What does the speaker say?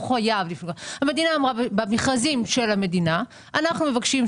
המדינה אמרה שבמכרזים של המדינה היא מבקשת